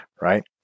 Right